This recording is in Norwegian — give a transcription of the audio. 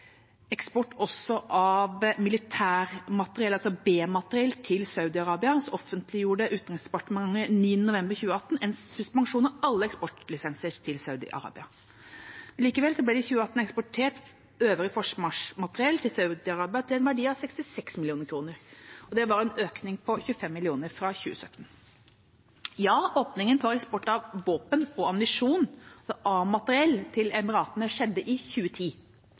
eksport også av militærmateriell, altså B-materiell, til Saudi-Arabia, offentliggjorde Utenriksdepartementet 9. november 2018 en suspensjon av alle eksportlisenser til Saudi-Arabia. Likevel ble det i 2018 eksportert øvrig forsvarsmateriell til Saudi-Arabia til en verdi av 66 mill. kr, og det var en økning på 25 mill. kr fra 2017. Ja, åpningen for eksport av våpen og ammunisjon, A-materiell, til Emiratene skjedde i 2010,